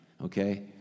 okay